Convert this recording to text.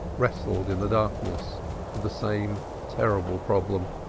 wrestled in the darkness with the same terrible problem,